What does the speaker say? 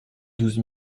douze